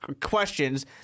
questions